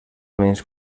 menys